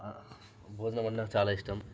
భోజనం అంటే నాకు చాలా ఇష్టం